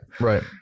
Right